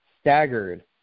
staggered